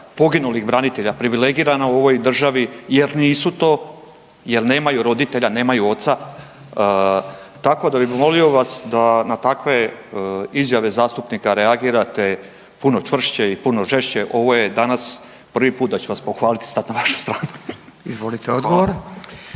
poginulih branitelja privilegirana u ovoj državi, jer nisu to, jer nemaju roditelja, nemaju oca, tako da bi molio vas da na takve izjave zastupnika reagirate puno čvršće i puno žešće. Ovo je danas prvi put da ću vas pohvaliti i stati na vašu stranu. **Radin, Furio